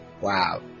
wow